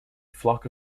flock